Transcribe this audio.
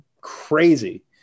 crazy